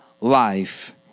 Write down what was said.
life